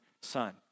son